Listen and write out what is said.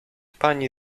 pani